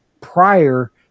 prior